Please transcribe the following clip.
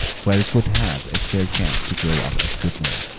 where he could have a fair chance to grow up a good man.